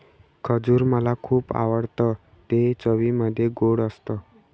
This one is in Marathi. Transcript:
खजूर मला खुप आवडतं ते चवीमध्ये गोड असत